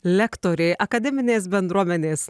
lektorė akademinės bendruomenės